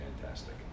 fantastic